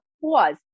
pause